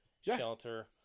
shelter